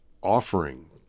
offering